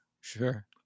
sure